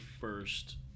first